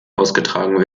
ausgetragen